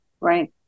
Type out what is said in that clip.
Right